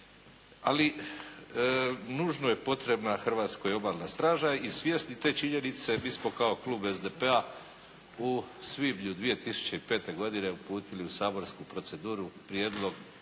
Ali nužno je potrebna Hrvatskoj Obalna straža. I svjesni te činjenice mi smo kao klub SDP-a u svibnju 2005. godine uputili u saborsku proceduru Prijedlog